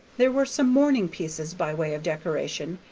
there were some mourning-pieces by way of decoration,